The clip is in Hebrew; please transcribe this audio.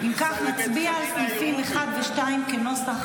אם כך, נצביע על סעיפים 1 ו-2 כנוסח